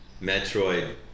Metroid